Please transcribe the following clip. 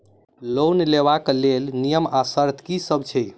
Loan लेबऽ कऽ लेल नियम आ शर्त की सब छई?